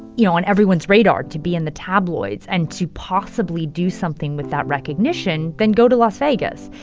you know, on everyone's radar, to be in the tabloids and to possibly do something with that recognition, then go to las vegas.